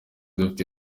dufite